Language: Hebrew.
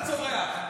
מה אתה צורח?